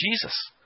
Jesus